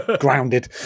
grounded